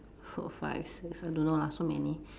four five six I don't know lah so many